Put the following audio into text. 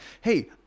hey